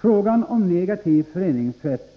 Frågan om negativ föreningsrätt